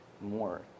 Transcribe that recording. more